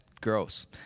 gross